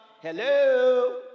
Hello